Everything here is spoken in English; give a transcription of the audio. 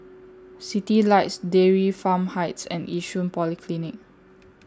Citylights Dairy Farm Heights and Yishun Polyclinic